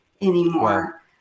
anymore